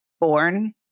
born